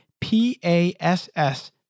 P-A-S-S